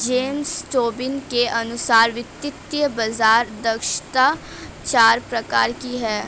James Tobin के अनुसार वित्तीय बाज़ार दक्षता चार प्रकार की है